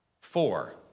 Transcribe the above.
Four